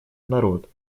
народ